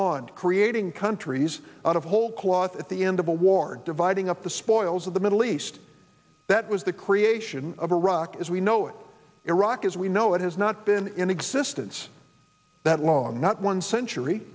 on creating countries out of whole cloth at the end of the war dividing up the spoils of the middle east that was the creation of iraq as we know it iraq as we know it has not been in existence that long not one century